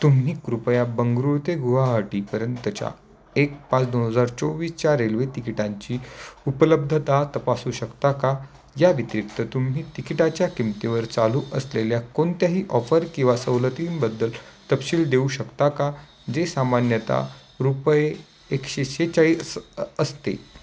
तुम्ही कृपया बंगळूर ते गुवाहाटीपर्यंतच्या एक पाच दोन हजार चोवीसच्या रेल्वे तिकिटांची उपलब्धता तपासू शकता का या व्यतिरिक्त तुम्ही तिकिटाच्या किमतीवर चालू असलेल्या कोणत्याही ऑफर किंवा सवलतींबद्दल तपशील देऊ शकता का जे सामान्यतः रुपये एकशे शेहेचाळीस असते